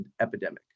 epidemic